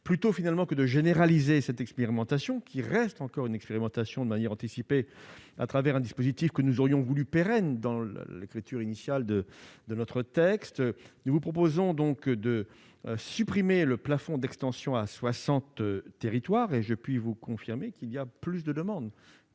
plutôt finalement que de généraliser cette expérimentation qui reste encore une expérimentation de manière anticipée à travers un dispositif que nous aurions voulu pérenne dans l'écriture initial de de notre texte, nous vous proposons donc de supprimer le plafond d'extension à 60 territoires et je puis vous confirmer qu'il y a plus de demandes